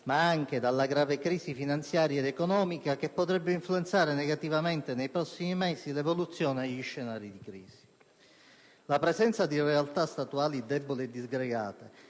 ma anche dalla grave crisi finanziaria ed economica che potrebbe influenzare negativamente nei prossimi mesi l'evoluzione degli scenari di crisi. La presenza di realtà statuali deboli e disgregate